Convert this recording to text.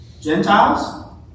Gentiles